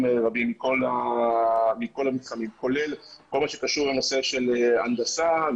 רבים כולל כל מה שקשור לנושא של הנדסה,